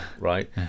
right